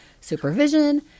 supervision